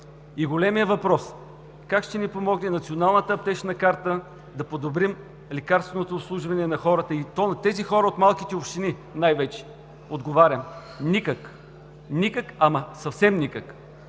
И големият въпрос: как ще ни помогне националната аптечна карта да подобрим лекарственото обслужване на хората, и то на тези хора от малките общини най-вече? Отговарям: никак! Никак, ама съвсем никак,